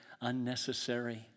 unnecessary